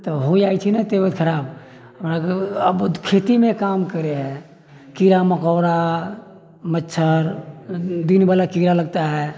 तऽ हो जाइ छै न तबियत खराब हमरा आब खेती मे काम करै है कीड़ा मकौड़ा मच्छर दिन बला कीड़ा लगता है